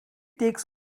takes